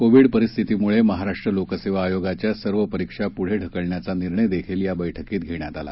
Covid परिस्थितीमुळे महाराष्ट्र लोकसेवा आयोगाच्या सर्व परीक्षा पुढे ढकलण्याचा निर्णयही या बैठकीत घेण्यात आला